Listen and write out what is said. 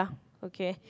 okay